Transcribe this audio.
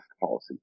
policy